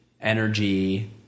energy